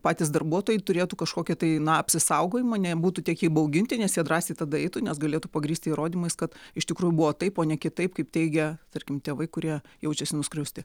patys darbuotojai turėtų kažkokią tai na apsisaugojimą nebūtų tiek įbauginti nes jie drąsiai tada eitų nes galėtų pagrįsti įrodymais kad iš tikrųjų buvo taip o ne kitaip kaip teigia tarkim tėvai kurie jaučiasi nuskriausti